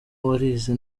warize